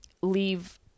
leave